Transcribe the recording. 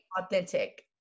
authentic